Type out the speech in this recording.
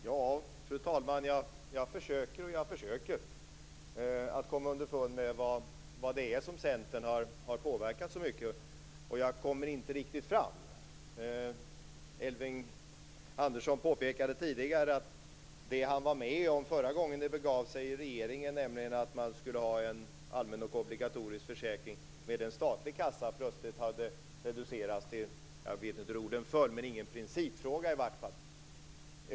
Fru talman! Jag försöker och jag försöker att komma underfund med vad det är som Centern har påverkat så mycket. Jag kommer inte riktigt fram. Elving Andersson påpekade tidigare att det han var med om förra gången det begav sig i regeringen, nämligen att man skulle ha en allmän och obligatorisk försäkring med en statlig kassa, plötsligt hade reducerats till, ja, jag vet inte hur orden föll, men ingen principfråga i varje fall.